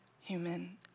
human